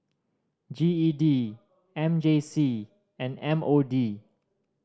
G E D M J C and M O D